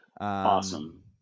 Awesome